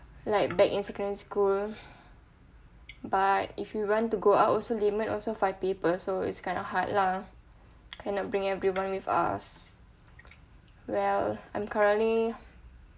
like back in secondary school but if you want to go out also limit also five people so it's kind of hard lah cannot bring everyone with us well I'm currently